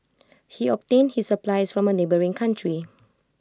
he obtained his supplies from A neighbouring country